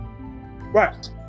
Right